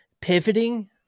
pivoting